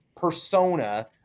persona